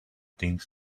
things